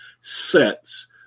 sets